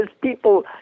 people